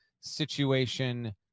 situation